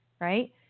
Right